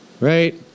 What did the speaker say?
right